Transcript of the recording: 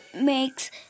makes